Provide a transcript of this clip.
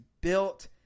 built